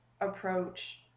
approach